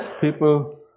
people